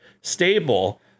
Stable